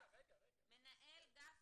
מנהל גף